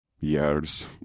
years